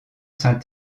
saint